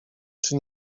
czy